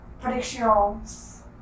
predictions